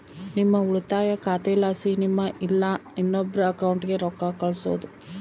ನಿಮ್ಮ ಉಳಿತಾಯ ಖಾತೆಲಾಸಿ ನಿಮ್ಮ ಇಲ್ಲಾ ಇನ್ನೊಬ್ರ ಅಕೌಂಟ್ಗೆ ರೊಕ್ಕ ಕಳ್ಸೋದು